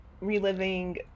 reliving